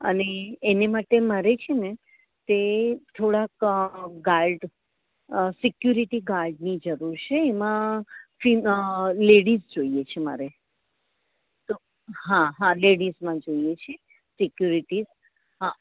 અને એની માટે મારે છે ને તે થોડાક ગાર્ડ સિકયુરિટી ગાર્ડની જરૂર છે એમાં લેડિસ જોઈએ છે મારે તો હા હા લેડિસમાં જોઈએ છે સિકયુરિટીસ હા